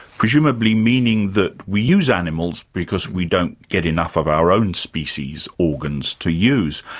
presumably meaning that we use animals because we don't get enough of our own species' organs to use.